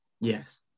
Yes